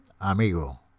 Amigo